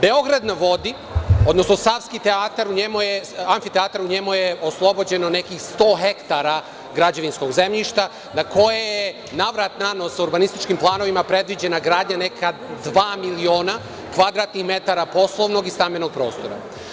Beograd na vodi“, odnosno „Savski amfiteatar“, u njemu je oslobođeno nekih 100 ha građevinskog zemljišta, na kojem je navrat-nanos urbanističkim planovima predviđena gradnja neka dva miliona kvadratnih metara poslovnog i stambenog prostora.